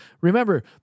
Remember